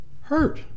hurt